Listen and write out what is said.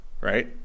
right